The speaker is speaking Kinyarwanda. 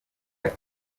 ati